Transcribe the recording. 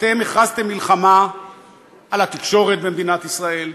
אתם הכרזתם מלחמה על התקשורת במדינת ישראל,